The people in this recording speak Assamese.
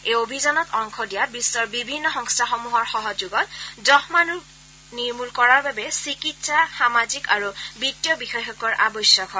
এই অভিযানত অংশ দিয়া বিশ্বৰ বিভিন্ন সংস্থাসমূহৰ সহযোগত যক্মা ৰোগ নিৰ্মূল কৰাৰ বাবে চিকিৎসা সামাজিক আৰু বিত্তীয় বিশেষজ্ঞৰ আৱশ্যক হয়